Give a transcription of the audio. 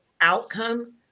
outcome